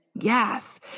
Yes